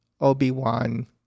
Obi-Wan